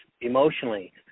emotionally